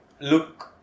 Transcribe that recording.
look